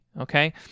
okay